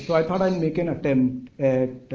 so i thought i'd make an attempt at